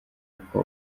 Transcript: uko